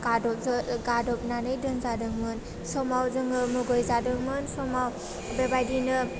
गादबनानै दोनजादोंमोन समाव जोङो मुगैजादोंमोन समाव बेबायदिनो